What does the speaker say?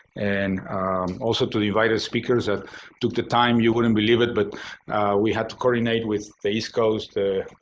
and also to the invited speakers that took the time. you wouldn't believe it but we had to coordinate with the east coast,